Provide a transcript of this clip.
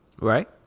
Right